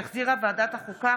שהחזירה ועדת החוקה,